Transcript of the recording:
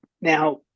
now